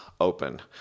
open